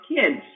kids